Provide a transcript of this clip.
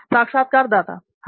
साक्षात्कारदाता हां